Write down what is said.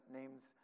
names